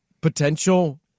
potential